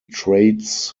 trades